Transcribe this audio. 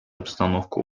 обстановку